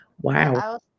Wow